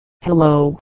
Hello